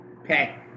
Okay